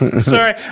sorry